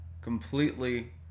completely